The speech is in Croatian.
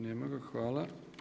Nema ga, hvala.